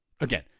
Again